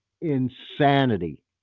insanity